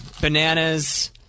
bananas